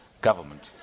government